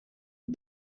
did